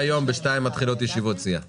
(הישיבה נפסקה בשעה 13:52 ונתחדשה בשעה 13:57.)